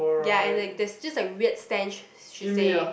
ya and like there's just a weird stench she say